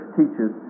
teaches